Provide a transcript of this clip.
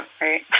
right